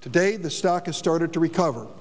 today the stock has started to recover